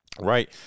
right